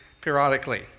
periodically